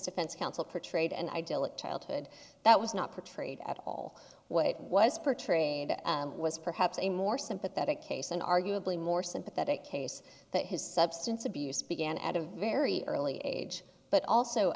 defense counsel portrayed and idyllic childhood that was not protected at all what was portrayed was perhaps a more sympathetic case and arguably more sympathetic case that his substance abuse began at a very early age but also